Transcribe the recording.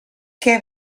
què